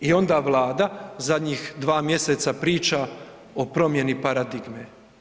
I onda Vlada zadnjih dva mjeseca priča o promjeni paradigme.